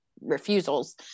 refusals